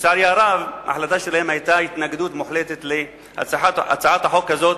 שלצערי הרב היתה התנגדות מוחלטת להצעת החוק הזאת,